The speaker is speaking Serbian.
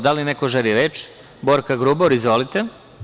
Da li neko želi reč? (Da) Borka Grubor, izvolite.